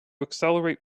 accelerate